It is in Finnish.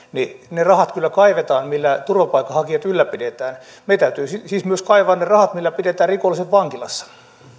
ne rahat kyllä kaivetaan millä turvapaikanhakijat ylläpidetään meidän täytyy siis myös kaivaa ne rahat millä pidetään rikolliset vankilassa